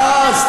ואז,